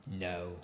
No